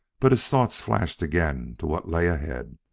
but his thoughts flashed again to what lay ahead.